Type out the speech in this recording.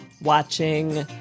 watching